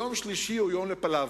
יום שלישי הוא יום ל"פלברות",